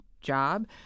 job